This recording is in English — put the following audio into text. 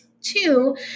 Two